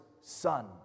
son